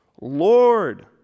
Lord